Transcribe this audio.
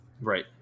Right